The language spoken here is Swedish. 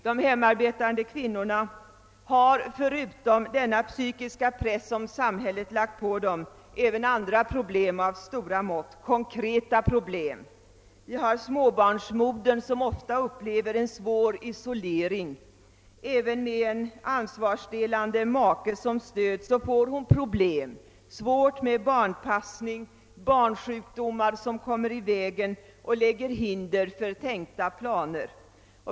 De hemmaarbetande kvinnorna har, förutom denna psykiska press som samhället lagt på dem, även konkreta problem av stora mått. Vi har småbarnsmodern som ofta upplever en svår isolering, även om hon har en ansvarsde lande make. Hon får problem med barnpassning och barnsjukdomar som lägger hinder i vägen för tänkta planer.